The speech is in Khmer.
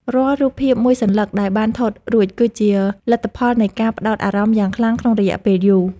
រាល់រូបភាពមួយសន្លឹកដែលបានថតរួចគឺជាលទ្ធផលនៃការផ្ដោតអារម្មណ៍យ៉ាងខ្លាំងក្នុងរយៈពេលយូរ។